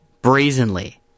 brazenly